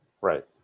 Right